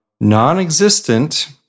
non-existent